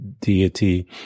deity